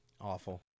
Awful